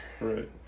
Right